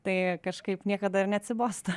tai kažkaip niekada ir neatsibosta